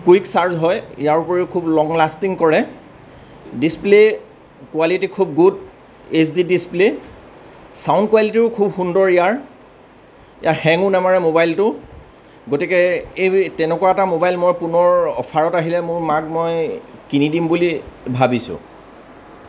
quick charge হয় ইয়াৰ উপৰিও খুব লং লাষ্টিং কৰে ডিচপ্লে কুৱালিটী খুব good H D display sound কুৱালিটীও খুব সুন্দৰ ইয়াৰ ইয়াৰ হেংও নামাৰে মোবাইলটো গতিকে এই তেনেকুৱা এটা মোবাইল মই পুনৰ অফাৰত আহিলে মোৰ মাক মই কিনি দিম বুলি ভাবিছোঁ